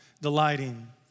delighting